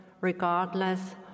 regardless